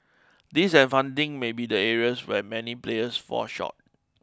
this and funding may be the areas where many players fall short